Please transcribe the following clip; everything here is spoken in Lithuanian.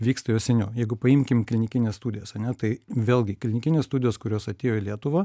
vyksta jau seniau jeigu paimkim klinikines studijas ar ne tai vėlgi klinikinės studijos kurios atėjo į lietuvą